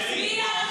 מי נתן